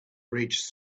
reached